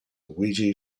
luigi